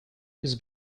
his